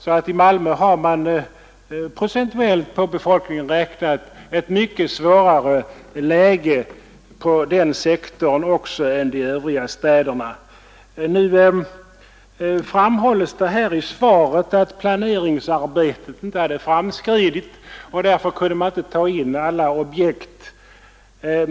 I Malmö har man, räknat procentuellt på befolkningen, alltså ett mycket svårare läge på den sektorn också än i de övriga städerna. I svaret framhålls att planeringsarbetet inte hade framskridit och att man därför inte kunde ta in alla objekt.